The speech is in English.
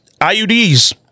IUDs